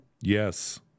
Yes